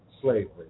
slavery